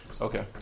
Okay